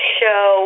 show